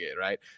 right